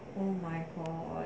oh my god